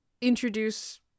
introduce